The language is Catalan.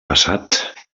passat